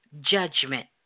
judgment